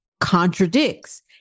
contradicts